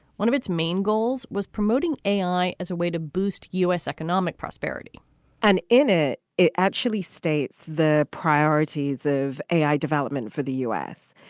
one of its main goals was promoting a i. as a way to boost u s. economic prosperity and in it, it actually states the priorities of a i. development for the u s.